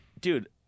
dude